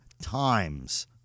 times